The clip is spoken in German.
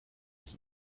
ich